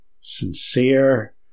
sincere